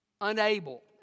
unable